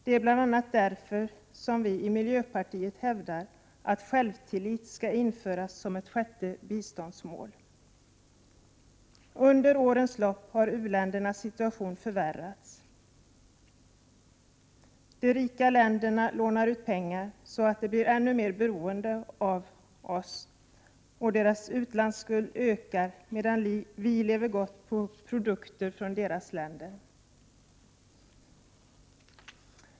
Det är bl.a. därför som vi i miljöpartiet hävdar att självtillit skall införas som ett sjätte biståndsmål. Under årens lopp har u-ländernas situation förvärrats. De rika länderna lånar ut pengar, så att u-länderna blir ännu mer beroende av oss; deras utlandsskuld ökar medan vi lever gott på produkter från dessa länder.